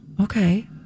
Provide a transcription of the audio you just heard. okay